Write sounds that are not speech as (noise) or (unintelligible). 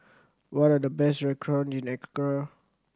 what are the best (unintelligible) in Accra